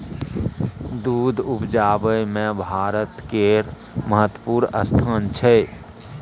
दूध उपजाबै मे भारत केर महत्वपूर्ण स्थान छै